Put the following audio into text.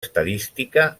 estadística